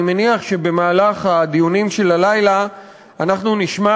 אני מניח שבמהלך הדיונים הלילה אנחנו נשמע